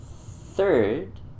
Third